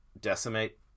decimate